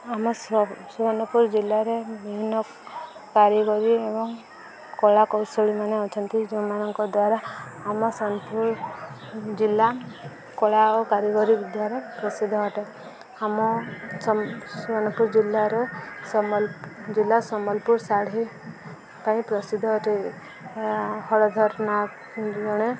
ଆମ ସୋନପୁର ଜିଲ୍ଲାରେ ବିଭିନ୍ନ କାରିଗରୀ ଏବଂ କଳା କୌଶଳୀ ମାନେ ଅଛନ୍ତି ଯେଉଁମାନଙ୍କ ଦ୍ୱାରା ଆମ ସୋନପୁର ଜିଲ୍ଲା କଳା ଓ କାରିଗରୀ ବିଦ୍ୟାରେ ପ୍ରସିଦ୍ଧ ଅଟେ ଆମ ସୋନପୁର ଜିଲ୍ଲାରେ ଜିଲ୍ଲା ସମ୍ବଲପୁର ଶାଢ଼ୀ ପାଇଁ ପ୍ରସିଦ୍ଧ ଅଟେ ହଳଧର ନାଁ ଜଣେ